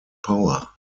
power